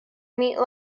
meat